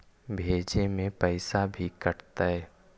भेजे में पैसा भी कटतै?